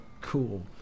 cool